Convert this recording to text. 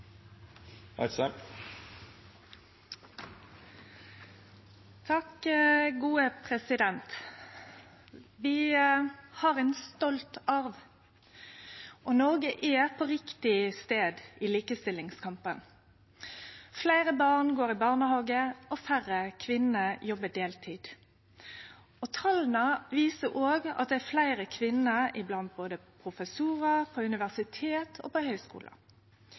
Vi har ein stolt arv. Noreg er på rett stad i likestillingskampen. Fleire barn går i barnehage, og færre kvinner jobbar deltid. Tala viser òg at det er fleire kvinner blant professorar på både universitet og